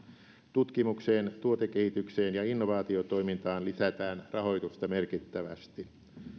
tutkimukseen tuotekehitykseen ja innovaatiotoimintaan lisätään rahoitusta merkittävästi